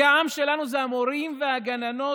העם שלנו זה המורים והגננות,